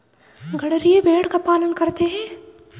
गड़ेरिया भेड़ का पालन करता है